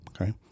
Okay